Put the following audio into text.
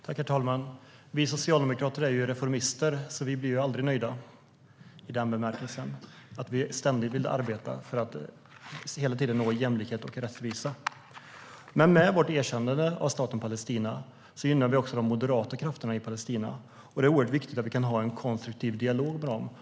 Herr talman! Vi socialdemokrater är reformister, så vi blir aldrig nöjda utan vill ständigt arbeta för att hela tiden nå jämlikhet och rättvisa. Med vårt erkännande av Staten Palestina gynnar vi de moderata krafterna i Palestina. Det är oerhört viktigt att vi kan ha en konstruktiv dialog med dem.